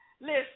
listen